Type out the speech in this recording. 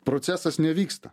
procesas nevyksta